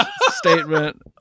statement